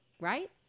right